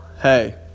hey